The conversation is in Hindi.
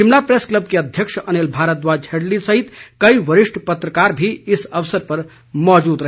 शिमला प्रैस क्लब के अध्यक्ष अनिल भारद्वाज हेडली सहित कई वरिष्ठ पत्रकार भी इस अवसर पर मौजूद रहे